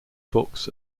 books